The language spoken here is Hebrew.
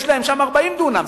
יש להם שם 40 דונם,